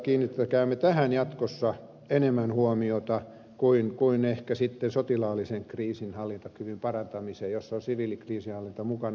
kiinnittäkäämme tähän jatkossa enemmän huomiota kuin ehkä sitten sotilaallisen kriisinhallintakyvyn parantamiseen jossa on siviilikriisinhallinta mukana